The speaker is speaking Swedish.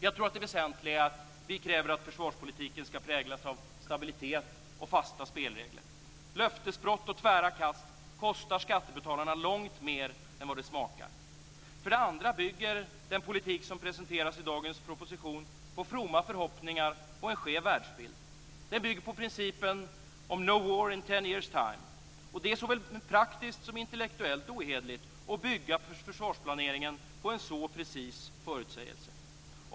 Jag tror att det väsentligen är att vi moderater kräver att försvarspolitiken ska präglas av stabilitet och fasta spelregler. Löftesbrott och tvära kast kostar skattebetalarna långt mer än vad det smakar. Dessutom bygger den politik som presenteras i dagens proposition på fromma förhoppningar och en skev världsbild. Den bygger på principen om no war in ten years' time. Det är såväl praktiskt som intellektuellt ohederligt att bygga försvarsplaneringen på en så exakt förutsägelse.